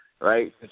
right